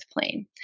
plane